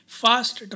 fast